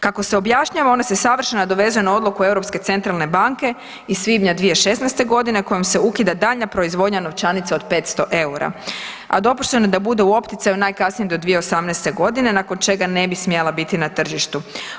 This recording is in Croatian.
Kako se objašnjava one savršeno nadovezuje na odluku Europske centralne banke iz svibnja 2016.g. kojim se ukida daljnja proizvodnja novčanica od 500 eura, a dopušteno je da bude u opticaju najkasnije do 2018.g. nakon čega ne bi smjela biti na tržištu.